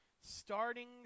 Starting